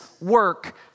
work